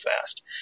fast